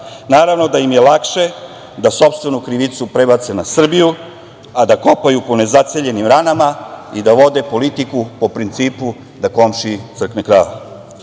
Naravno da im je lakše da sopstvenu krivicu prebace na Srbiju, a da kopaju po nezaceljenim ranama i da vode politiku po principu da komšiji crkne krava. Ako